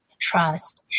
trust